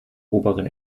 oberen